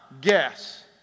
guess